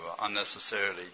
unnecessarily